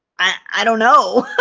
i know